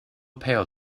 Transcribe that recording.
pale